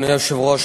אדוני היושב-ראש,